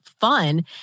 fun